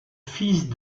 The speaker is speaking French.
fils